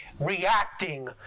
reacting